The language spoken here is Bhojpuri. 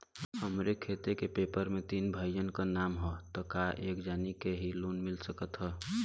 हमरे खेत के पेपर मे तीन भाइयन क नाम ह त का एक जानी के ही लोन मिल सकत ह?